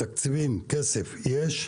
תקציבים, יש,